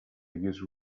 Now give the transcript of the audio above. use